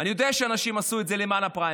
אני יודע שאנשים עשו את זה למען הפריימריז.